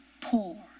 poor